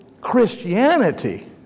Christianity